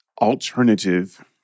alternative